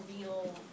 real